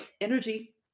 Energy